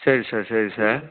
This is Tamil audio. சரி சார் சரி சார்